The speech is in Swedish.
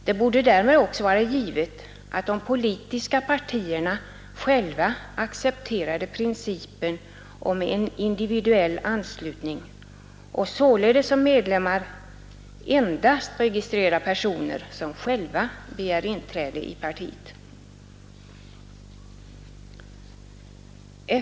Därmed borde det också vara givet att de politiska partierna själva accepterade principen om individuell partianslutning och således såsom medlemmar endast registrerade personer som själva begärt inträde i partiet.